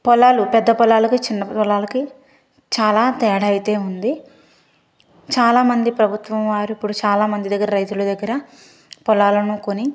పొలాలు పెద్ద పొలాలకి చిన్న పొలాలకి చాలా తేడా అయితే ఉంది చాలా మంది ప్రభుత్వం వారు ఇప్పుడు చాలా మంది దగ్గర రైతుల దగ్గర పొలాలను కొని